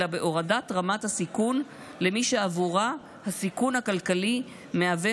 אלא בהורדת רמת הסיכון למי שעבורה הסיכון הכלכלי מהווה